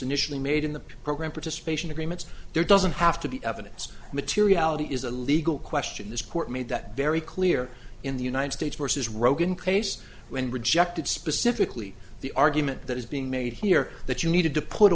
initially made in the program participation agreements there doesn't have to be evidence materiality is a legal question this court made that very clear in the united states versus rogan case when rejected specifically the argument that is being made here that you needed to put